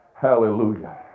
Hallelujah